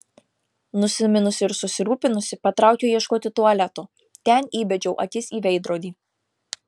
nusiminusi ir susirūpinusi patraukiau ieškoti tualeto ten įbedžiau akis į veidrodį